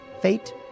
fate